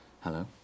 Hello